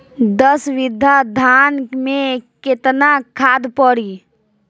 दस बिघा धान मे केतना खाद परी?